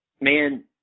man